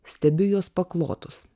stebiu juos paklotus